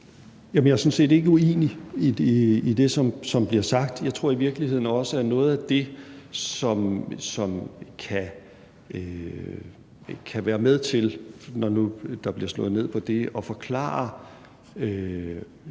jeg er sådan set ikke uenig i det, som bliver sagt. Jeg tror i virkeligheden også, at noget af det, som kan være med til – når nu der bliver slået ned på det – at forklare